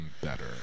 better